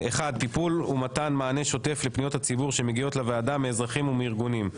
טיפול ומתן מענה שוטף לפניות הציבור שמגיעות לוועדה מאזרחים ומארגונים.